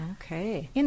Okay